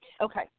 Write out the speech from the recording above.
Okay